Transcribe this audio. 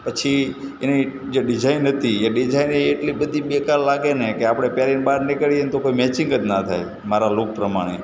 પછી એની જે ડિજાઇન હતી એ ડીઝાઇનેય એટલી બધી બેકાર લાગે ને કે આપણે પહેરીને બહાર નીકળીએ ને તો કોઈ મેચિંગ જ ના થાય મારા લૂક પ્રમાણે